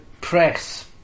press